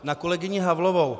Na kolegyni Havlovou.